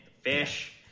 fish –